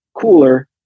cooler